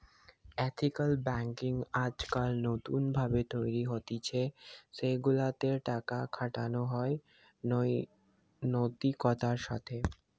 ethical banking আজকাল নতুন ভাবে তৈরী হতিছে সেগুলা তে টাকা খাটানো হয় নৈতিকতার সাথে